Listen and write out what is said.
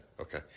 okay